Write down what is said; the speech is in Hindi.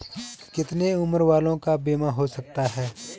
कितने उम्र वालों का बीमा हो सकता है?